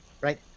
Right